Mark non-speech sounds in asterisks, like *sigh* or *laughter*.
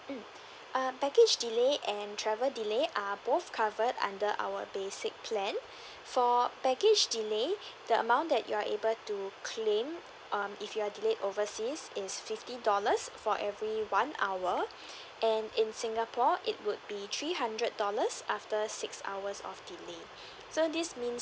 mm err baggage delay and travel delay are both covered under our basic plan *breath* for baggage delay the amount that you're able to claim um if you are delayed overseas is fifty dollars for every one hour and in singapore it would be three hundred dollars after six hours of delay so this means